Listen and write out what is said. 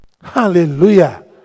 Hallelujah